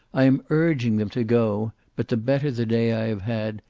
i am urging them to go, but the better the day i have had,